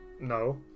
No